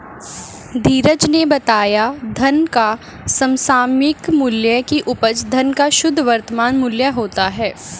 धीरज ने बताया धन का समसामयिक मूल्य की उपज धन का शुद्ध वर्तमान मूल्य होता है